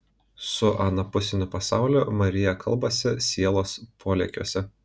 su anapusiniu pasauliu marija kalbasi sielos polėkiuose